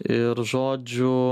ir žodžiu